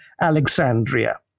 Alexandria